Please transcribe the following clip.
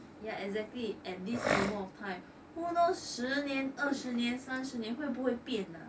yeah exactly at this moment of time who knows 十年二十年三十年会不会变啊